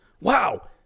Wow